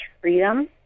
freedom